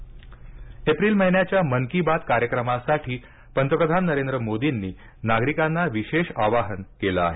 मन की बात एप्रिल महिन्याच्या मन की बात कार्यक्रमासाठी पंतप्रधान नरेंद्र मोदींनी नागरिकांना विशेष आवाहन केलं आहे